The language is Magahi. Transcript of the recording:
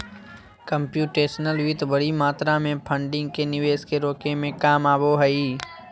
कम्प्यूटेशनल वित्त बडी मात्रा में फंडिंग के निवेश के रोके में काम आबो हइ